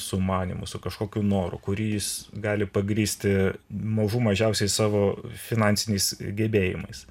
sumanymu su kažkokiu noru kurį jis gali pagrįsti mažų mažiausiai savo finansiniais gebėjimais